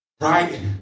right